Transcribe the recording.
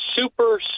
super